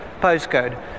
postcode